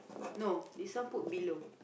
no this one put below